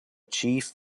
chief